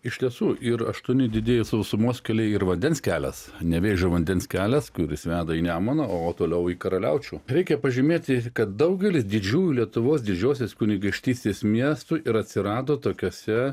iš tiesų ir aštuoni didieji sausumos keliai ir vandens kelias nevėžio vandens kelias kuris veda į nemuną o toliau į karaliaučių reikia pažymėti kad daugelis didžiųjų lietuvos didžiosios kunigaikštystės miestų ir atsirado tokiose